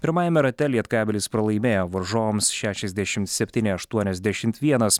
pirmajame rate lietkabelis pralaimėjo varžovams šešiasdešim septyni aštuoniasdešimt vienas